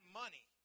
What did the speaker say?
money